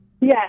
Yes